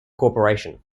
corporation